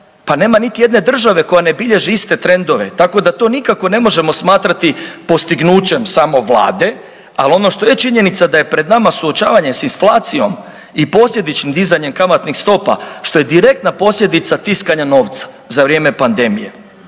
pa nema niti jedne države koja ne bilježi iste trendove tako da to nikako ne možemo smatrati postignućem samo vlade, al ono što je činjenica da je pred nama suočavanje s inflacijom i posljedično dizanjem kamatnih stopa, što je direktna posljedica tiskanja novca za vrijeme pandemije.